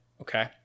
Okay